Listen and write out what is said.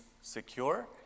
secure